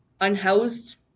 unhoused